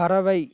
பறவை